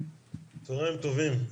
צוהריים טובים,